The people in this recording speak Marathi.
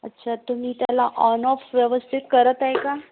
अच्छा तुम्ही त्याला ऑन ऑफ व्यवस्थित करत आहे का